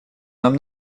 нам